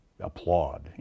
applaud